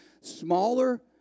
smaller